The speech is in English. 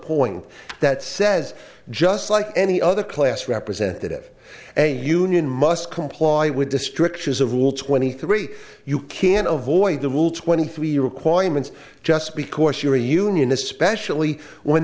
point that says just like any other class representative and a union must comply with descriptions of rule twenty three you can't avoid the rule twenty three requirements just because you're a union especially when